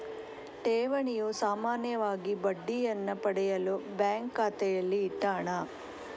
ಠೇವಣಿಯು ಸಾಮಾನ್ಯವಾಗಿ ಬಡ್ಡಿಯನ್ನ ಪಡೆಯಲು ಬ್ಯಾಂಕು ಖಾತೆಯಲ್ಲಿ ಇಟ್ಟ ಹಣ